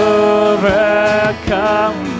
overcome